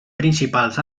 principals